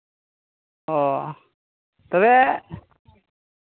ᱚ ᱛᱚᱵᱮ